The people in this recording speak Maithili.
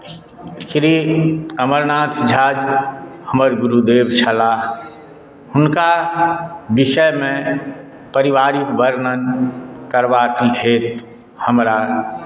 श्री अमरनाथ झा हमर गुरुदेव छलाह हुनका विषयमे पारिवारिक वर्णन करबाक हेतु हमरा